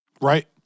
Right